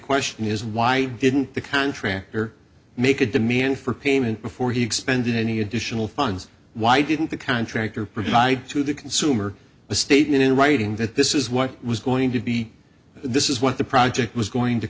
question is why didn't the contractor make a demand for payment before he expended any additional funds why didn't the contractor provide to the consumer a statement in writing that this is what was going to be this is what the project was going to